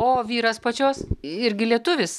o vyras pačios irgi lietuvis